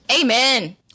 Amen